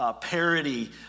parody